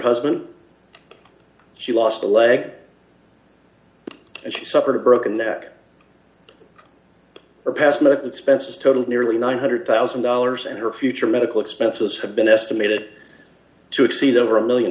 husband she lost a leg and she suffered a broken neck or past medical expenses totaled nearly d one hundred thousand dollars and her future medical expenses have been estimated to exceed over a one million